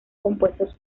compuestos